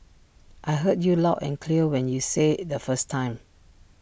I heard you loud and clear when you said IT the first time